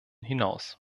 hinaus